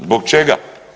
Zbog čega?